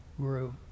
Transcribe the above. grew